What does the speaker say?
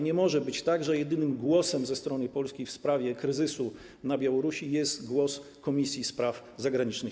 Nie może być tak, że jedynym głosem ze strony Polski w sprawie kryzysu na Białorusi jest głos Komisji Spraw Zagranicznych.